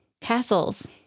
castles